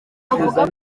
avuga